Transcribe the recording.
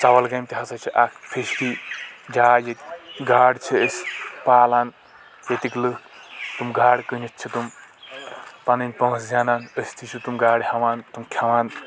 ژول گامہِ تہِ ہسا چھ اکھ فِشری جاے ییٚتہِ گاڑ چھ أسۍ پالن ییٚتِکۍ لُکھ تِم گاڑٕ کٔنِتھ چھ تِم پنٔنۍ پونٛسہٕ زینان أسۍ تہِ چھ تِم گاڑٕ ہٮ۪وان تِم کھٮ۪وان